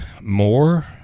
more